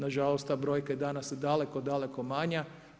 Na žalost ta brojka je danas daleko, daleko manja.